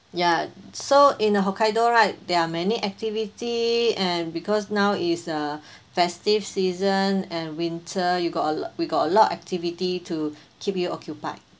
ya so in the hokkaido right there are many activity and because now is a festive season and winter you got a lot we got a lot activity to keep you occupied